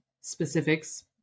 specifics